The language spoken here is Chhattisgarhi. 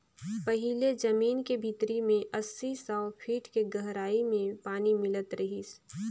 पहिले जमीन के भीतरी में अस्सी, सौ फीट के गहराई में पानी मिलत रिहिस